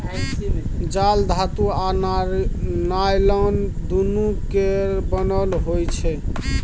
जाल धातु आ नॉयलान दुनु केर बनल होइ छै